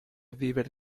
vivere